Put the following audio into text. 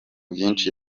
byinshi